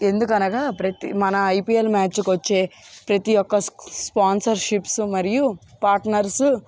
ఎందుకనగా ప్రతి మన ఐపీఎల్ మ్యాచ్కు వచ్చే ప్రతి ఒక్క స్పాన్సర్షిప్స్ మరియు పార్ట్నర్స్